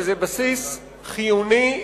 וזה בסיס חיוני,